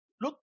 look